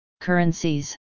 Currencies